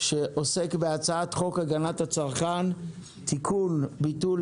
שעוסק בהצעת חוק הגנת הצרכן (תיקון - ביטול